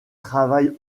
travaille